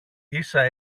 ίσα